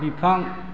बिफां